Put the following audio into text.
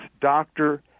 doctor